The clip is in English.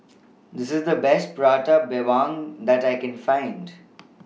This IS The Best Prata Bawang that I Can Find